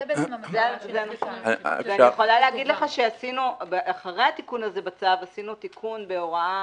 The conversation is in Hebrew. זו בעצם המטרה --- אחרי התיקון הזה בצו עשינו תיקון בהוראה